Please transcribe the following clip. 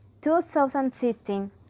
2016